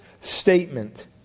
statement